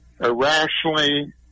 irrationally